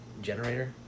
Generator